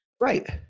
Right